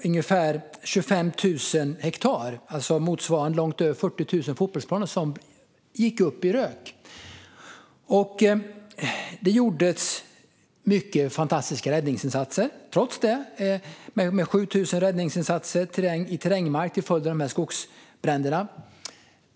Ungefär 25 000 hektar, alltså motsvarande långt över 40 000 fotbollsplaner, gick upp i rök. Det gjordes trots detta många fantastiska räddningsinsatser - 7 000 räddningsinsatser i terrängmark - till följd av skogsbränderna.